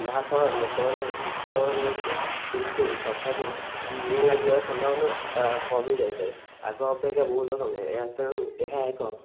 ଯାହାଫଳରେ ଲୋକମାନେ ସୁସ୍ଥ ରୁହନ୍ତି କିନ୍ତୁ ତଥାପି ନିଆଁ ଲାଗିବା ସମ୍ଭାବନା କମି ଯାଇଥାଏ ଆଗ ଅପେକ୍ଷା ବହୁତ କମିଯାଏ ତେଣୁ ଏହା ଏକ